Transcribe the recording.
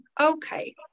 okay